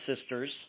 sisters